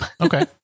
Okay